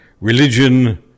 religion